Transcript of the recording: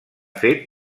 fet